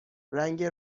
رنگ